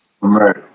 right